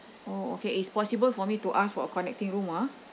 oh okay it's possible for me to ask for a connecting room ah